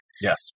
Yes